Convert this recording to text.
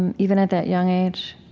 and even at that young age?